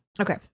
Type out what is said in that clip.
Okay